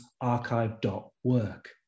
archive.work